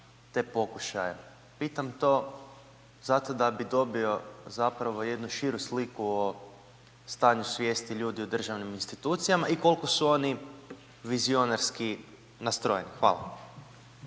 te pokušaje. Pitam to zato da bi dobio zapravo jednu širu sliku o stanju svijesti ljudi u državnim institucijama i koliko su oni vizionarski nastrojeni. Hvala.